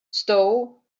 stow